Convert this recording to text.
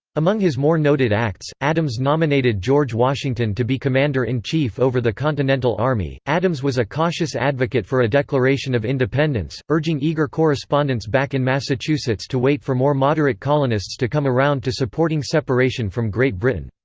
among his more noted acts, adams nominated george washington to be commander in chief over the continental army adams was a cautious advocate for a declaration of independence, urging eager correspondents back in massachusetts to wait for more moderate colonists to come around to supporting separation from great britain.